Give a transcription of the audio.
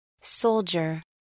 Soldier